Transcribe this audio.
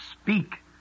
speak